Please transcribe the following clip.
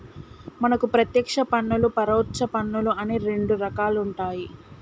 మనకు పత్యేక్ష పన్నులు పరొచ్చ పన్నులు అని రెండు రకాలుంటాయి